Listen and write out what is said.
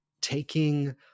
taking